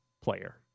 player